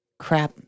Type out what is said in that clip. Crap